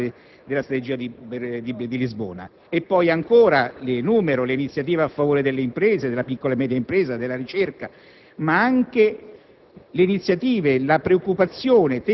e l'occupazione nel quadro della nuova fase della Strategia di Lisbona. Inoltre, enumero l'iniziativa a favore delle imprese, della piccola e media impresa, della ricerca, ma anche